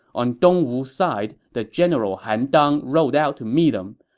on dongwu's side, the general han dang rode out to meet him.